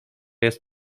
jest